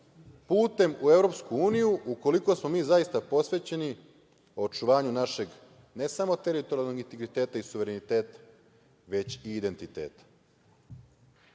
putem u EU ukoliko smo mi zaista posvećeni očuvanju našeg ne samo teritorijalnog integriteta i suvereniteta već i identiteta.